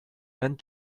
and